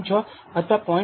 6 અથવા 0